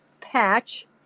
patch